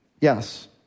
Yes